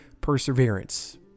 Perseverance